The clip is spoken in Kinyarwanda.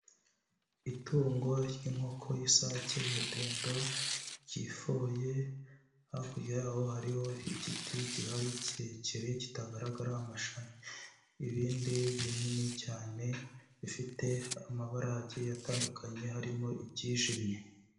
Itungo ry'inkoko y'isake ya dendo cyifoye, hakurya yaho hariho igiti gihari kirekire kitagaragara amashami, ibindi binini cyane bifite amabara agiye atandukanye harimo ibyijimye.